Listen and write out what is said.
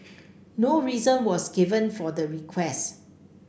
no reason was given for the request